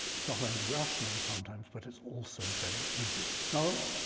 it's not only rational sometimes, but it's also very easy. now,